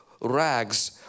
rags